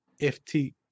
FT